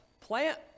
plant